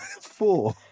Four